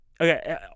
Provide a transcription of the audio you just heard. Okay